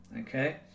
okay